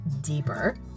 deeper